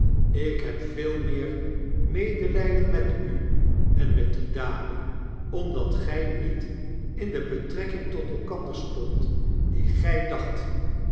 ik heb veel meer medelgden met u en met die dame omdat gg niet in de betrekking tot elkander stondt die gg dacht